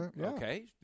okay